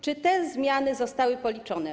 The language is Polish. Czy te zmiany zostały policzone?